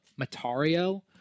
matario